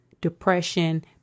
Depression